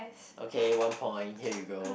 okay one point here you go